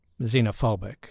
xenophobic